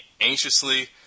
anxiously